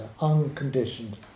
Unconditioned